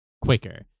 quicker